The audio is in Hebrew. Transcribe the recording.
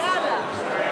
יריב, יאללה.